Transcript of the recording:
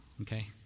okay